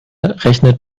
rechnet